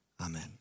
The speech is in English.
Amen